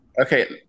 okay